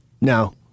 No